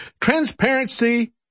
Transparency